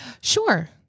sure